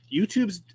YouTube's